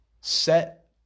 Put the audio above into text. set